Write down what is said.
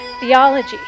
theology